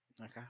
Okay